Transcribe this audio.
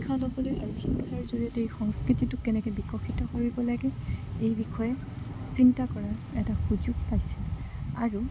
শিক্ষা ল'বলৈ আৰু শিক্ষাৰ জৰিয়তে এই সংস্কৃতিটোক কেনেকৈ বিকশিত কৰিব লাগে এই বিষয়ে চিন্তা কৰাৰ এটা সুযোগ পাইছিল আৰু